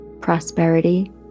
prosperity